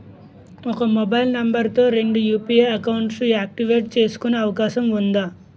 ఒక mobile number తో రెండు యు.పి.ఐ అకౌంట్స్ యాక్టివేట్ చేసుకునే అవకాశం వుందా?